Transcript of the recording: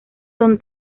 son